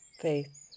faith